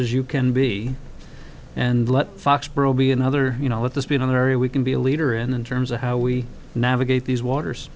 as you can be and let foxborough be another you know with this being in the area we can be a leader in terms of how we navigate these waters